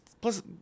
plus